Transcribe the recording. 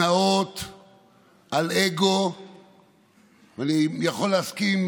לאור העובדה שסיעות הבית רצו להקדים את הבחירות הפעם ולעשות אותן